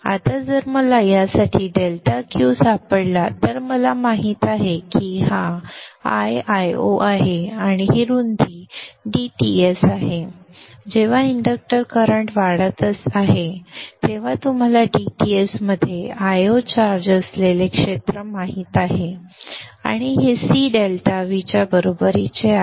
आता जर मला यासाठी डेल्टा Q सापडला तर मला माहित आहे की हा I Io आहे आणि ही रुंदी dTs आहे जेव्हा इंडक्टर करंट वाढत आहे तेव्हा तुम्हाला dTs मध्ये Io चार्ज असलेले क्षेत्र माहित आहे आणि हे C∆V च्या बरोबरीचे आहे